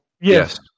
Yes